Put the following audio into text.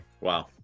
wow